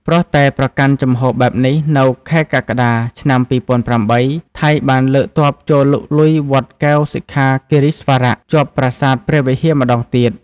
ព្រោះតែប្រកាន់ជំហបែបនេះ នៅខែកក្កដា ឆ្នាំ២០០៨ ថៃបានលើកទ័ពចូលលុកលុយវត្តកែវសិក្ខាគិរីស្វារៈ ជាប់ប្រាសាទព្រះវិហារម្ដងទៀត។